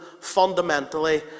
fundamentally